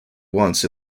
once